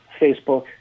Facebook